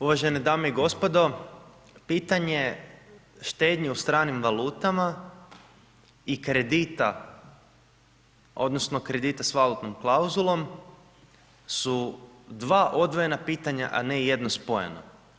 Uvažene dame i gospodo, pitanje štednje u stranim valutama i kredita odnosno kredita s valutnom klauzulom su dva odvojena pitanja, a ne jedno spojeno.